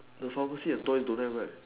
the pharmacy and toy don't have right